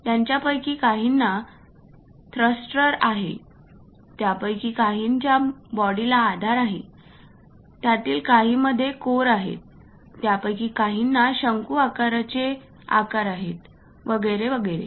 त्यांच्यापैकी काहींना थ्रस्टर आहेत त्यापैकी काहींच्या बॉडीला आधार आहे त्यातील काहींमध्ये कोर आहेत त्यापैकी काहींना शंकूच्या आकाराचे आकार आहेतवगैरे वगैरे